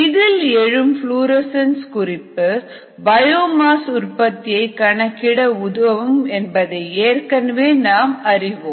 இதில் எழும் புளோரசன்ஸ் குறிப்பு பயோமாஸ் உற்பத்தியை கணக்கிட உதவும் என்பதை ஏற்கனவே நாம் அறிவோம்